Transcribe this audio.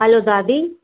हलो दादी